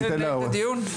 אתה רוצה לנהל את הדיון?